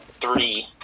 three